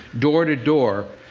door to door,